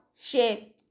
shape